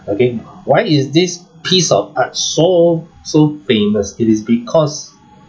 again why is this piece of art so so famous it is because